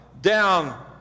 down